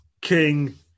King